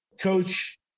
coach